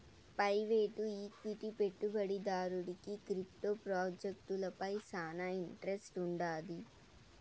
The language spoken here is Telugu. ప్రైవేటు ఈక్విటీ పెట్టుబడిదారుడికి క్రిప్టో ప్రాజెక్టులపై శానా ఇంట్రెస్ట్ వుండాది